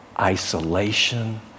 isolation